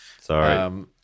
Sorry